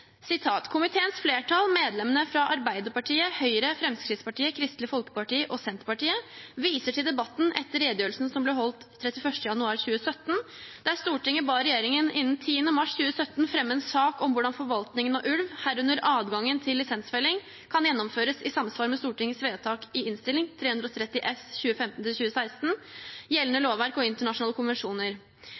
flertall, medlemmene fra Arbeiderpartiet, Høyre, Fremskrittspartiet, Kristelig Folkeparti og Senterpartiet, viser til at debatten etter redegjørelsen ble holdt 31. januar 2017, der Stortinget ba regjeringen innen 10. mars 2017 fremme en sak om hvordan forvaltningen av ulv, herunder adgangen til lisensfelling, kan gjennomføres i samsvar med Stortingets vedtak i Innst. 330 S , gjeldende lovverk og internasjonale konvensjoner.